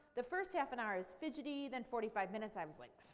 the first half an hour i was fidgety, then forty five minutes i was like,